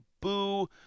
boo